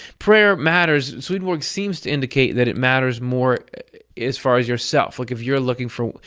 prayer matters. swedenborg seems to indicate that it matters more as far as yourself. like if you're looking for.